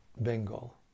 Bengal